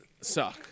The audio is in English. suck